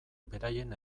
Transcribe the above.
beraien